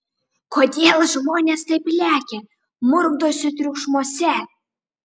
kodėl žmonės taip lekia murkdosi triukšmuose